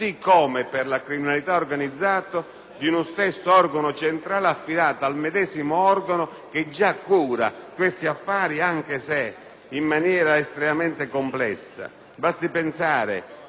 di criminalità organizzata, affidato al medesimo organo che già cura questi affari, anche se in modo estremamente complesso. Basti pensare che nel momento in cui ci si rapporta con l'Europa